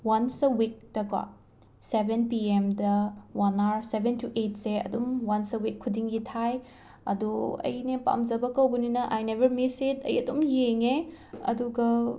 ꯋꯥꯟꯁ a ꯋꯤꯛꯇꯀꯣ ꯁꯕꯦꯟ ꯄꯤ ꯑꯦꯝꯗ ꯋꯥꯟ ꯑꯋꯥꯔ ꯁꯕꯦꯟ ꯇꯨ ꯑꯩꯠꯁꯦ ꯑꯗꯨꯝ ꯋꯥꯟꯁ ꯑꯦ ꯋꯤꯛꯈꯨꯗꯤꯡꯒꯤ ꯊꯥꯏ ꯑꯗꯣ ꯑꯩꯅ ꯄꯥꯝꯖꯕ ꯀꯧꯕꯅꯤꯅ ꯑꯥꯏ ꯅꯦꯕꯔ ꯃꯤꯁ ꯏꯠ ꯑꯩ ꯑꯗꯨꯝ ꯌꯦꯡꯉꯦ ꯑꯗꯨꯒ